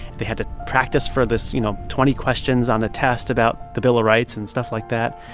they had to practice for this, you know, twenty questions on a test about the bill rights and stuff like that.